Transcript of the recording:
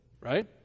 right